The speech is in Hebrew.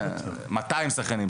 200 שחיינים,